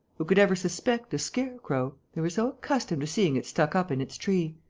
who could ever suspect a scarecrow. they were so accustomed to seeing it stuck up in its tree!